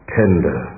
tender